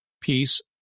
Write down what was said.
peace